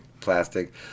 plastic